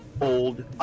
old